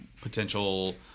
potential